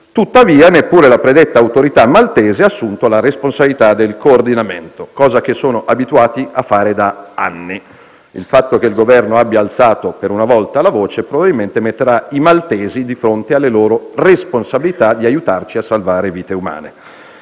tuttavia neppure la predetta autorità maltese ha assunto la responsabilità del coordinamento, come sono abituati a fare da anni. Il fatto che il Governo abbia alzato, per una volta, la voce probabilmente metterà i maltesi di fronte alle loro responsabilità al fine di aiutarci a salvare vite umane.